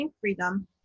freedom